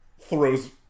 throws